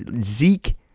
Zeke